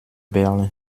berlin